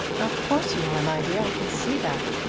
of course you are, my dear. i can see that.